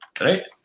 Right